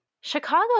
Chicago